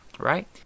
right